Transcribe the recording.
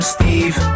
Steve